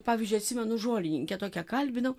pavyzdžiui atsimenu žolininkę tokią kalbinau